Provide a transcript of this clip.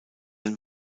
ein